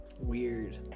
Weird